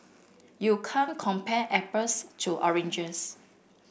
you can't compare apples to oranges